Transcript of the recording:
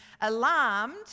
alarmed